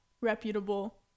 reputable